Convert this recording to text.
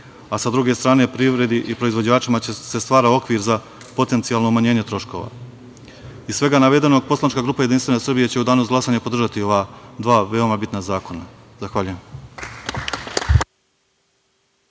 a sa druge strane privredi i proizvođačima će da se stvara okvir za potencijalno umanjenje troškova. Iz svega navedenog poslanička grupa Jedinstvena Srbija će u danu za glasanje podržati ova dva veoma bitna zakona. Zahvaljujem.